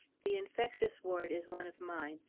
the infectious ward is one of mine,